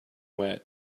wet